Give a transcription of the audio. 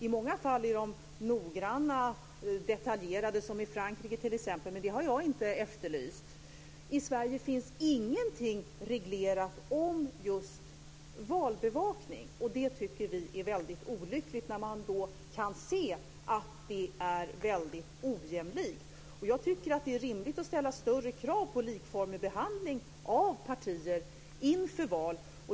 I många fall är de noggranna och detaljerade, t.ex. i Frankrike, men det har jag inte efterlyst. I Sverige finns ingenting reglerat om just valbevakning. Det tycker vi är olyckligt eftersom man kan se att det är väldigt ojämlikt. Jag tycker att det är rimligt att ställa större krav på likformig behandling av partier inför val.